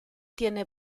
tiene